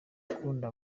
rukundo